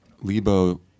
Lebo